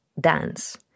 dance